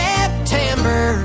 September